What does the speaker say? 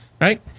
Right